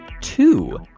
Two